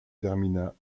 termina